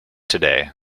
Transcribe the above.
today